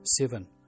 seven